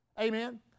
Amen